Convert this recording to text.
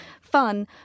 fun